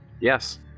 Yes